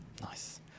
nice